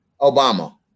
Obama